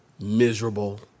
Miserable